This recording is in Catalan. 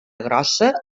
grossa